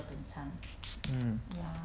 mm